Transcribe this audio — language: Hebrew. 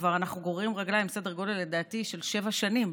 שכבר אנחנו גוררים רגליים סדר גודל של שבע שנים,